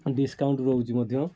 discount ଦେଉଛି ମଧ୍ୟ